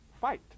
fight